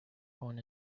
born